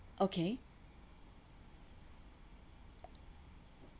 okay